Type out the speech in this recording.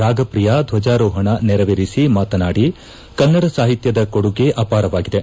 ರಾಗಸ್ತಿಯ ಧಜಾರೋಹಣ ನೆರವೇರಿಸಿ ಮಾತನಾಡಿ ಕನ್ನಡ ಸಾಹಿತ್ವದ ಕೊಡುಗೆ ಅಪಾರವಾಗಿದೆ